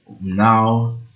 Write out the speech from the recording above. Now